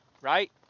right